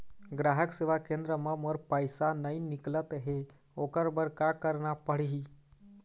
ग्राहक सेवा केंद्र म मोर पैसा नई निकलत हे, ओकर बर का करना पढ़हि?